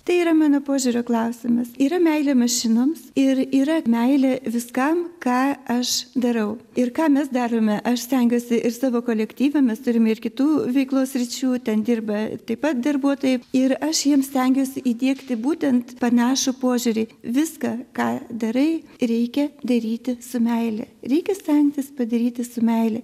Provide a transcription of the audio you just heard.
tai yra mano požiūrio klausimas yra meilė mašinoms ir yra meilė viskam ką aš darau ir ką mes darome aš stengiuosi ir savo kolektyvą mes turime ir kitų veiklos sričių ten dirba taip pat darbuotojai ir aš jiem stengiuosi įdiegti būtent panašų požiūrį viską ką darai reikia daryti su meile reikia stengtis padaryti su meile